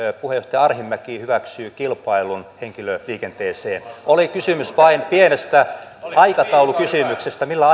puheenjohtaja arhinmäki hyväksyy kilpailun henkilöliikenteeseen oli kysymys vain pienestä aikataulukysymyksestä millä